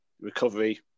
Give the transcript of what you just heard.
recovery